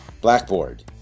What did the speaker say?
Blackboard